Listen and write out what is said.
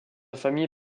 famille